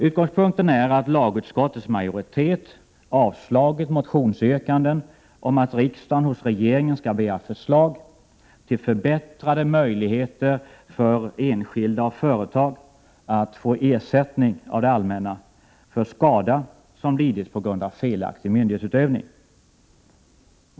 Utgångspunkten är att lagutskottets majoritet har avstyrkt motionsyrkanden om att riksdagen hos regeringen skall begära förslag till förbättrade möjligheter för enskilda och företag att få ersättning av det allmänna för skada som lidits på grund av felaktig myndighetsutövning.